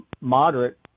moderate